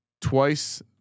Twice